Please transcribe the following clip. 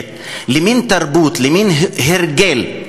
הופכת למין תרבות, למין הרגל,